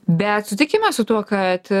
bet sutikime su tuo kad